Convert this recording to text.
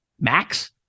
Max